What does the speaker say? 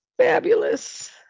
fabulous